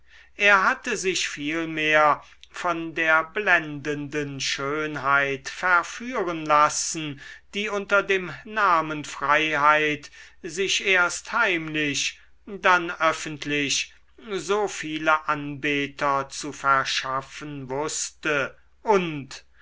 er hatte sich vielmehr von der blendenden schönheit verführen lassen die unter dem namen freiheit sich erst heimlich dann öffentlich so viele anbeter zu verschaffen wußte und